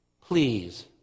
please